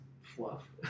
fluff